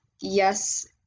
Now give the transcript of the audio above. yes